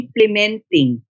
implementing